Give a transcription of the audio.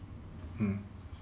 mm